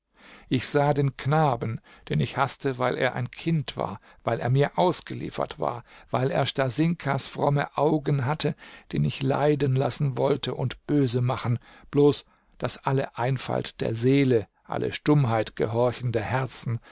ich sah den knaben den ich haßte weil er ein kind war weil er mir ausgeliefert war weil er stasinkas fromme augen hatte den ich leiden lassen wollte und böse machen bloß daß alle einfalt der seele alle stummheit gehorchender herzen